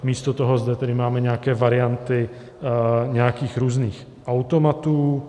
Místo toho zde máme nějaké varianty nějakých různých automatů.